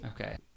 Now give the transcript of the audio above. Okay